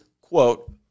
quote